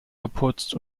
geputzt